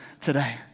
today